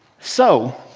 so